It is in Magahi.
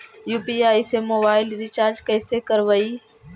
यु.पी.आई से मोबाईल रिचार्ज कैसे करबइ?